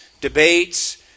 debates